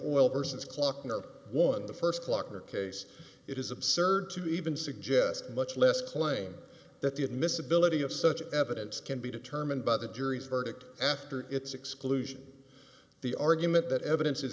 oil persons clock no one the st clock or case it is absurd to even suggest much less claim that the admissibility of such evidence can be determined by the jury's verdict after its exclusion the argument that evidence is